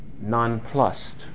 nonplussed